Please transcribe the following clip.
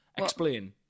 Explain